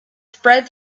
spread